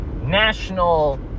national